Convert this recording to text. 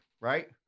right